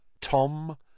Tom